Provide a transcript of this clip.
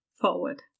forward